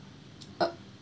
uh